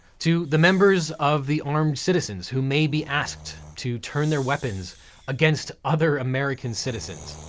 to the members of the armed citizens who may be asked to turn their weapons against other american citizens,